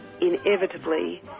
inevitably